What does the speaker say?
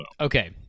Okay